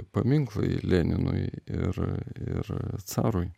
paminklai leninui ir ir carui